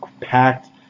packed